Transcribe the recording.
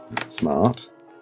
Smart